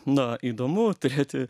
na įdomu turėti